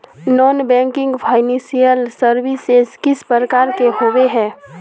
Non banking financial services किस प्रकार के होबे है?